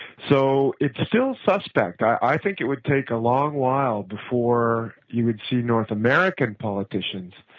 so it's still suspect. i think it would take a long while before you would see north american politicians,